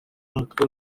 mwaka